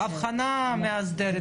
הכוונה מאסדרת,